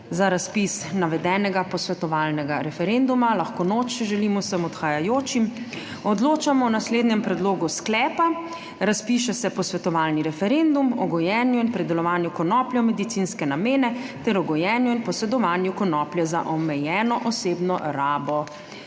za razpis navedenega posvetovalnega referenduma. (Lahko noč želim vsem odhajajočim!) Odločamo o naslednjem predlogu: sklepa: Razpiše se posvetovalni referendum o gojenju in predelovanju konoplje v medicinske namene ter o gojenju in posedovanju konoplje za omejeno osebno rabo.